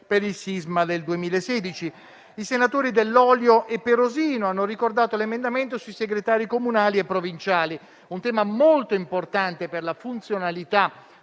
per il sisma del 2016. I senatori Dell'Olio e Perosino hanno ricordato l'emendamento sui segretari comunali e provinciali, un tema molto importante per la funzionalità